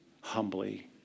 humbly